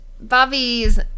Bobby's